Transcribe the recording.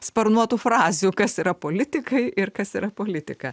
sparnuotų frazių kas yra politikai ir kas yra politika